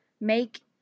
make